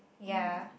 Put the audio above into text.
ya